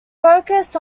focus